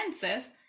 senses